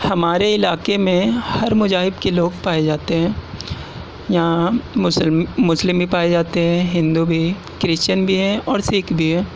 ہمارے علاقے میں ہر مذاہب کے لوگ پائے جاتے ہیں یہاں مسلم مسلم بھی پائے جاتے ہیں ہندو بھی کرسچن بھی ہیں اور سِکھ بھی ہیں